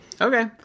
okay